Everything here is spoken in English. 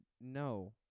no